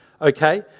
Okay